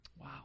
Wow